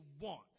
want